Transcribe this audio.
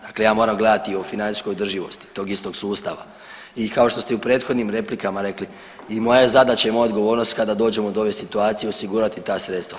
Dakle ja moram gledati o financijskoj održivosti tog istog sustava i kao što ste i u prethodnim replikama rekli, i moja je zadaća i moja odgovornost kada dođemo do ove situacije osigurati ta sredstva.